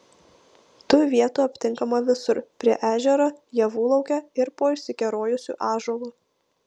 tų vietų aptinkama visur prie ežero javų lauke ir po išsikerojusiu ąžuolu